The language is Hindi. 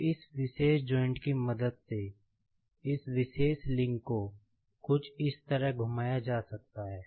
अब इस विशेष जॉइंट् की मदद से इस विशेष लिंक को कुछ इस तरह घुमाया जा सकता है